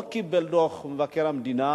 לא קיבל דוח ממבקר המדינה.